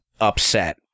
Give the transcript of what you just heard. upset